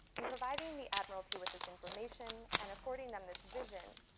providing the admiralty with this information and affording them this vision,